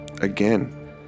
again